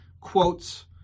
quotes